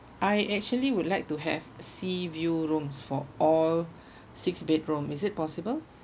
I actually would like to have sea view rooms for all six bedroom is it possible